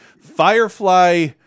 Firefly